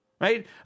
Right